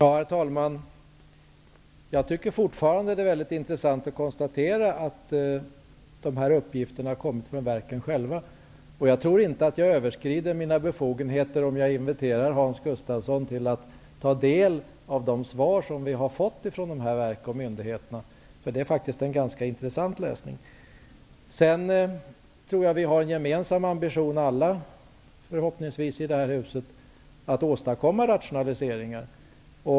Herr talman! Jag tycker fortfarande att det är mycket intressant att konstatera att de här uppgifterna har kommit från verken själva. Jag tror inte att jag överskrider mina befogenheter om jag inviterar Hans Gustafsson att ta del av de svar vi har fått från dessa verk och myndigheter. Det är faktiskt en ganska intressant läsning. Förhoppningsvis har alla i detta hus en gemensam ambition att åstadkomma rationaliseringar.